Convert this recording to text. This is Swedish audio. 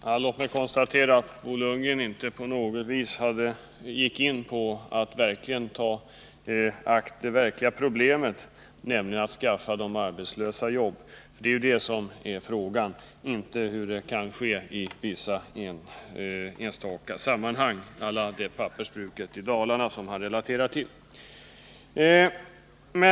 Herr talman! Låt mig konstatera att Bo Lundgren inte på något sätt gick in på det verkliga problemet, nämligen att skaffa de arbetslösa jobb. Det är ju det som frågan gäller — inte hur det kan ske i vissa enstaka sammanhang, som beträffande det pappersbruk i Dalarna som han relaterar till.